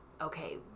okay